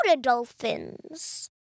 dolphins